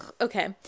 okay